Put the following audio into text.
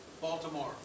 Baltimore